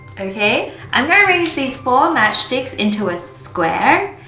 okay, i'm range these four match sticks into a square!